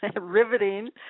riveting